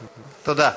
תודה.